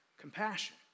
compassion